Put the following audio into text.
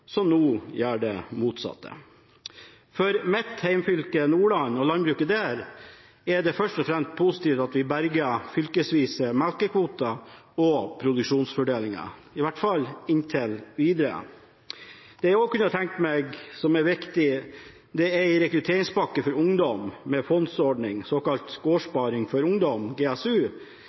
som nå sørger for det motsatte. For mitt hjemfylke Nordland og landbruket der er det først og fremst positivt at vi berger fylkesvise melkekvoter og produksjonsfordelinga – i hvert fall inntil videre. Jeg kunne også tenkt meg en rekrutteringspakke for ungdom med fondsordning, såkalt Gårdssparing for ungdom,